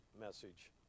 message